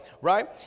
right